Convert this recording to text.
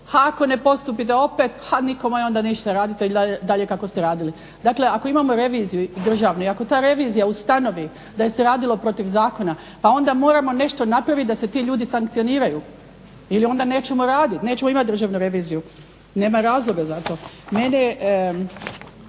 a ako ne postupite opet ha nikome onda ništa radite i dalje kako ste radili. Dakle, ako imamo reviziju državnu i ako ta revizija ustanovi da je se radilo protiv zakona pa onda moramo nešto napraviti da se ti ljudi sankcioniraju ili onda nećemo raditi, nećemo imati Državnu reviziju, nema razloga za to.